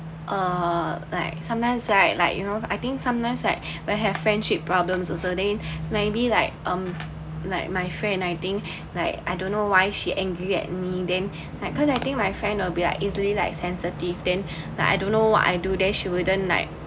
err like sometimes I like you know I think sometimes like when have friendship problems also then maybe like um like my friend I think like I don't know why she angry at me then like cause I think my friend will be like easily like sensitive then I don't know what I do then she wouldn't like